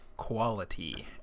quality